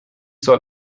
soll